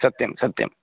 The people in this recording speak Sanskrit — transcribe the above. सत्यं सत्यं